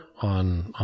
on